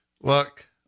Look